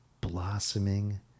blossoming